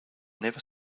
never